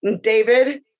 David